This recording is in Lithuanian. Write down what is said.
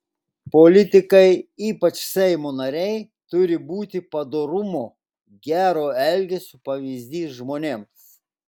politikai ypač seimo nariai turi būti padorumo gero elgesio pavyzdys žmonėms